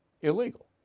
illegal